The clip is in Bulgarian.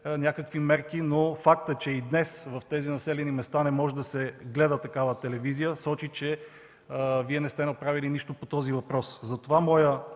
някакви мерки, но фактът, че и днес там не може да се гледа такава телевизия, сочи, че Вие не сте направили нищо по този въпрос. Затова моят